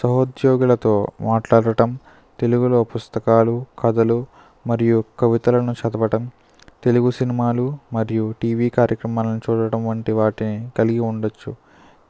సహూద్యోగులతో మాట్లాడటం తెలుగులో పుస్తకాలు కథలు మరియు కవితలను చదవటం తెలుగు సినిమాలు మరియు టీవీ కార్యక్రమం చూడడం వంటి వాటిని కలిగి ఉండవచ్చు